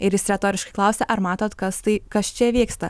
ir jis retoriškai klausia ar matot kas tai kas čia vyksta